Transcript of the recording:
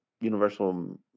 Universal